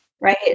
Right